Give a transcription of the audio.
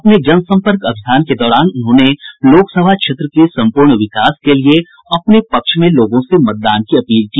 अपने जनसम्पर्क अभियान के दौरान उन्होंने लोकसभा क्षेत्र के सम्पूर्ण विकास के लिए अपने पक्ष में लोगों से मतदान की अपील की